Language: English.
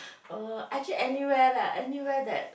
uh actually anywhere leh anywhere that